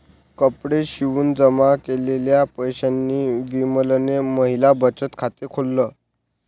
कपडे शिवून जमा केलेल्या पैशांनी विमलने महिला बचत खाते खोल्ल